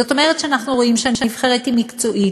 זאת אומרת שאנחנו רואים שהנבחרת היא מקצועית,